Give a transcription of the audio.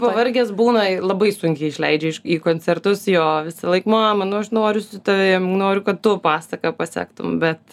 pavargęs būna labai sunkiai išleidžia iš į koncertus jo visąlaik mama nu aš noriu su tavim noriu kad tu pasaką pasektum bet